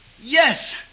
Yes